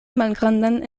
malgrandan